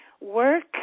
work